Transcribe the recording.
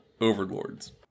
Overlords